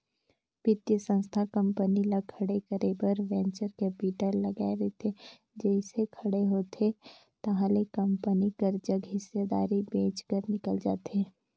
बित्तीय संस्था कंपनी ल खड़े करे बर वेंचर कैपिटल लगाए रहिथे जइसे खड़े होथे ताहले कंपनी कर जग हिस्सादारी बेंच कर निकल जाथे